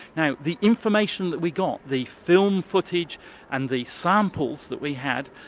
now the information that we got, the film footage and the samples that we had,